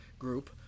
group